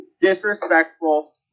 disrespectful